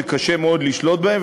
שקשה מאוד לשלוט בהן,